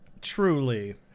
truly